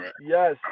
yes